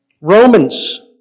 Romans